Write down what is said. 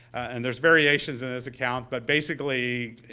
and there's variations in this account, but basically,